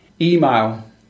email